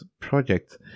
project